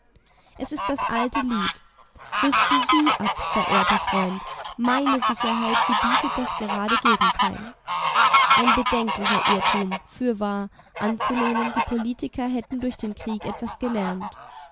es ist das alte lied rüsten sie ab verehrter freund meine sicherheit gebietet das gerade gegenteil ein bedenklicher irrtum fürwahr anzunehmen die politiker hätten durch den krieg etwas gelernt